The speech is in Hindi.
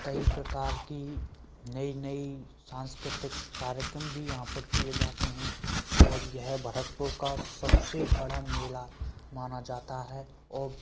कई प्रकार की नई नई सांस्कृतिक कार्यक्रम भी यहाँ पर किए जाते हैं और यह भरतपुर का सबसे बड़ा मेला माना जाता है और